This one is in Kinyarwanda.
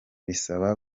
bibasaba